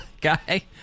guy